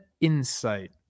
insight